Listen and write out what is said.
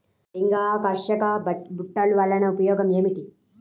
లింగాకర్షక బుట్టలు వలన ఉపయోగం ఏమిటి?